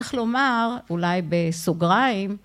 צריך לומר, אולי בסוגריים.